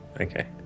Okay